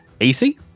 AC